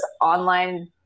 online